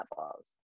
levels